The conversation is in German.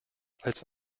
als